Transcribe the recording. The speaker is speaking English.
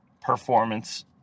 performance